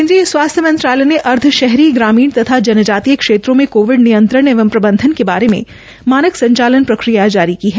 केन्द्रीय स्वास्थ्य मंत्रालय ने अर्ध शहरी ग्रामीण तथा जनजातीय क्षेत्रों में कोविड नियंत्रक एवं प्रबंधन के बारे में मानक संचालन प्रक्रिया जारी की है